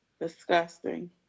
Disgusting